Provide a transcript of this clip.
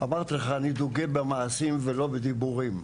אמרתי לך, אני דוגל במעשים ולא בדיבורים,